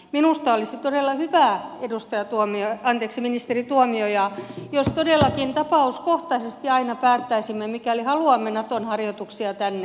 minusta olisi todella hyvä ministeri tuomioja jos todellakin tapauskohtaisesti aina päättäisimme mikäli haluamme naton harjoituksia tänne